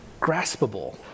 graspable